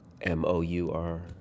M-O-U-R